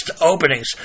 openings